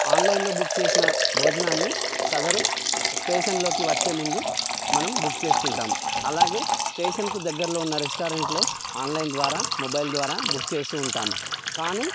ఆన్లైన్లో బుక్ చేసిన భోజనాన్ని సదరు స్టేషన్లోకి వచ్చే ముందు మనం బుక్ చేస్తుంటాం అలాగే స్టేషన్కు దగ్గరలో ఉన్న రెస్టారెంట్లో ఆన్లైన్ ద్వారా మొబైల్ ద్వారా బుక్ చేస్తూ ఉంటాం కానీ